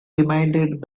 reminded